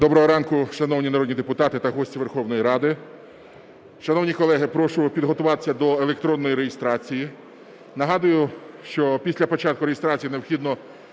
Доброго ранку, шановні народні депутати та гості Верховної Ради! Шановні колеги, прошу підготуватися до електронної реєстрації. Нагадую, що після початку реєстрації необхідно,